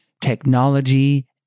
technology